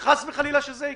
וחס וחלילה שזה יקרה.